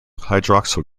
hydroxyl